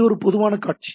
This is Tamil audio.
இது ஒரு பொதுவான காட்சி